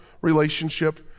relationship